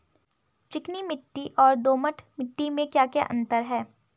चिकनी मिट्टी और दोमट मिट्टी में क्या क्या अंतर है?